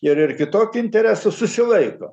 ir ir kitokių interesų susilaiko